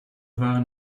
waren